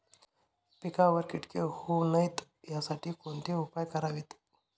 पिकावर किटके होऊ नयेत यासाठी कोणते उपाय करावेत?